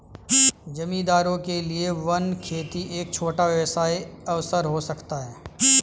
जमींदारों के लिए वन खेती एक छोटा व्यवसाय अवसर हो सकता है